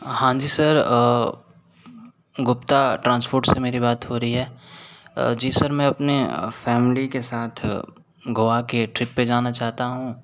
हाँ जी sir Gupta transport से मेरी बात हो रही है जी सर मैं अपने फॅमिली के साथ गोवा के ट्रिप पर जाना चाहता हूँ